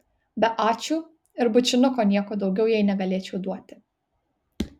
be ačiū ir bučinuko nieko daugiau jai negalėčiau duoti